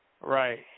Right